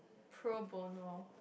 ProBorneo